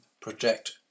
project